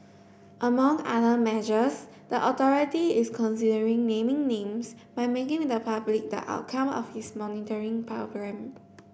among other measures the authority is considering naming names by making the public the outcome of its monitoring programme